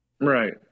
Right